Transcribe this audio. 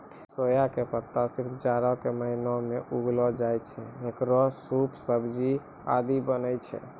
सोया के पत्ता सिर्फ जाड़ा के महीना मॅ उगैलो जाय छै, हेकरो सूप, सब्जी आदि बनै छै